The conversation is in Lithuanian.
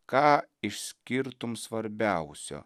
ką išskirtum svarbiausio